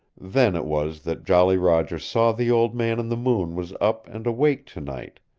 then it was that jolly roger saw the old man in the moon was up and awake tonight,